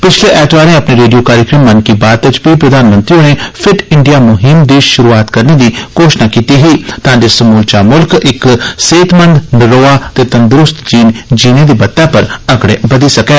पिछले एतवारें अपने रेडियो कार्यक्रम मन की बात च प्रधानमंत्री होरें फिट इंडिया मुहिम दी शुरूआत करने दी घोशणा कीती ही तां जे समूलचा मुल्ख इक सेहतमंद नरोआ ते तंदरूस्त जीन जीने दी बत्तै पर अगड़े बधी सकै